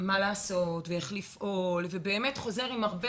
מה לעשות ואיך לפעול וחוזר עם הרבה